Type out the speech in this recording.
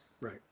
Right